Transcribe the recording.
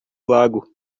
lago